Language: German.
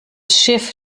schiff